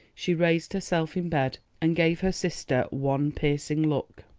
she raised herself in bed and gave her sister one piercing look.